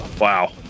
Wow